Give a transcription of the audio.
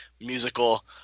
musical